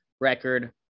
record